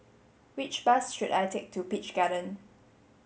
which bus should I take to Peach Garden